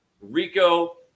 Rico